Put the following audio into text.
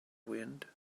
wind